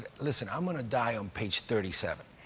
listen, i'm going to die on page thirty seven,